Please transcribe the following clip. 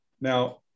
Now